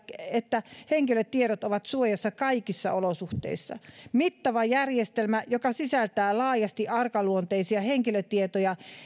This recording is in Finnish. että henkilötiedot ovat suojassa kaikissa olosuhteissa mittava järjestelmä joka sisältää laajasti arkaluonteisia henkilötietoja